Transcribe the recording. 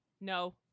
No